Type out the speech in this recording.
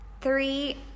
three